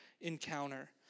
encounter